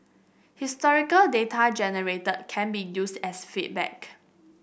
historical data generated can be used as feedback